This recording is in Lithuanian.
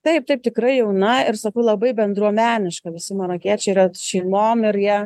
taip taip tikrai jauna ir sakau labai bendruomeniška visi marokiečiai yra šeimom ir jie